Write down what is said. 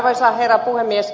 arvoisa herra puhemies